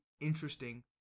interesting